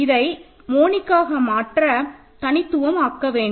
இதை மோனிக்ஆக மாற்ற தனித்துவம் ஆக்கவேண்டும்